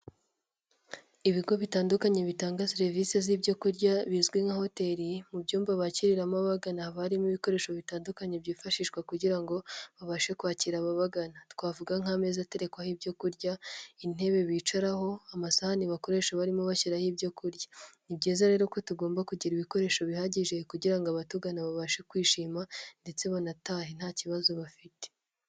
Ibigo bitandukanye bitanga serivisi z'ibyo kurya bizwi nka hoteli; mu byumba bakiriramo abagana harimo ibikoresho bitandukanye byifashishwa; kugira ngo babashe kwakira ababagana; twavuga nk'ameza aterekwaho ibyo kurya, intebe bicaraho, amasahani bakoresha barimo bashyiraho ibyo kurya. Ni byiza rero ko tugomba kugira ibikoresho bihagije kugira abatugana babashe kwishima ndetse banatahe nta kibazo bafite.